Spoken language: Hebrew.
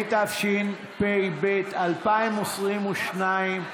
התשפ"ב 2022,